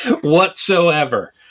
whatsoever